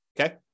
okay